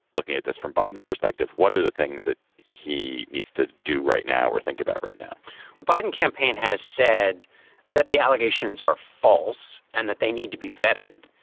looking at this from biden's perspective, what are the things that he needs to do right now we're thinking about right now? the biden campaign has said that the allegations are false and that they need to be vetted,